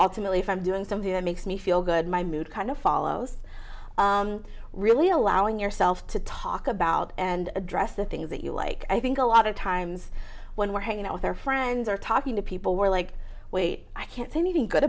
ultimately if i'm doing something that makes me feel good my mood kind of follows really allowing yourself to talk about and address the things that you like i think a lot of times when we're hanging out with their friends or talking to people were like wait i can't s